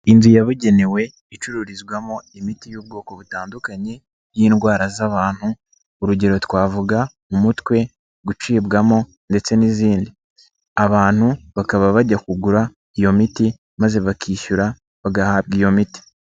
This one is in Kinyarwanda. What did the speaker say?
Inzu yabugenewe icururizwamo imiti y'ubwoko butandukanye y'indwara z'abantu, urugero twavuga umutwe gucibwamo ndetse n'izindi. Abantu bakaba bajya kugura iyo miti maze bakishyura bagahabwa iyo miti.